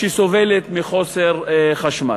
שסובלת מחוסר חשמל.